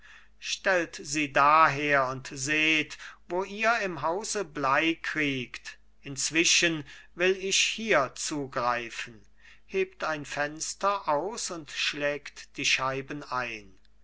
stell sie daher und seht wo ihr im hause blei kriegt inzwischen will ich hier zugreifen hebt ein fenster aus und schlägt die scheiben ein